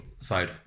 side